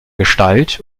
gestalt